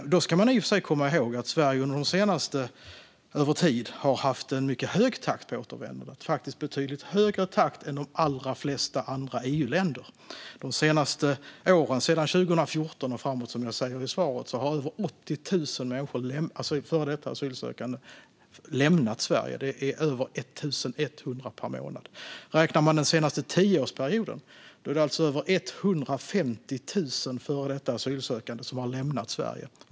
Man ska i och för sig komma ihåg att Sverige över tid, den senaste tiden, har haft en mycket hög takt på återvändandet - faktiskt en betydligt högre takt än de allra flesta andra EU-länder. Som jag säger i svaret har sedan 2014 och framåt över 80 000 människor, före detta asylsökande, lämnat Sverige. Det är över 1 100 per månad. Räknat på den senaste tioårsperioden är det över 150 000 före detta asylsökande som har lämnat Sverige.